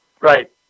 Right